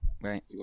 right